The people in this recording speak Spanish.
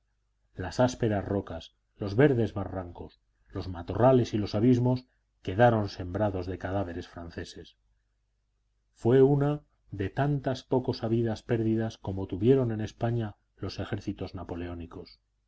las ásperas rocas los verdes barrancos los matorrales y los abismos quedaron sembrados de cadáveres franceses fue una de tantas poco sabidas pérdidas como tuvieron en españa los ejércitos napoleónicos